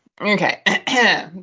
Okay